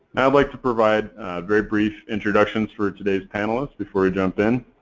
i'd like to provide very brief introductions for today's panelists before we jump in.